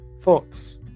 thoughts